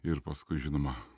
ir paskui žinoma